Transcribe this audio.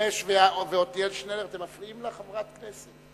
חרמש ועתניאל שנלר, אתם מפריעים לחברת כנסת.